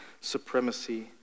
supremacy